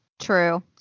True